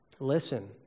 listen